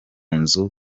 nzu